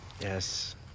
Yes